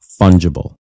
fungible